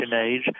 age